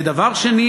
ודבר שני,